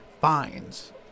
fines